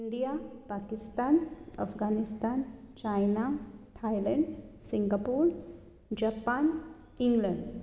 India Pakistan Afghanistan China Thailand Singapore Japan England